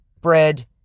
bread